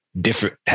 different